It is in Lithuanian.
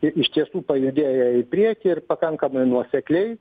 iš tiesų pajudėjo į priekį ir pakankamai nuosekliai